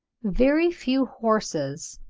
very few horses,